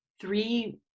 three